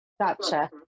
Gotcha